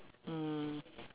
mm